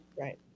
right